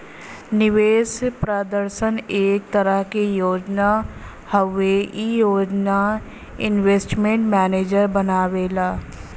निवेश प्रदर्शन एक तरह क योजना हउवे ई योजना इन्वेस्टमेंट मैनेजर बनावेला